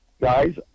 guys